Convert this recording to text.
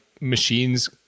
machines